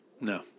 No